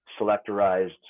selectorized